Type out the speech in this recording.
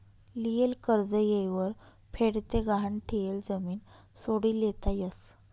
लियेल कर्ज येयवर फेड ते गहाण ठियेल जमीन सोडी लेता यस